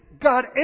God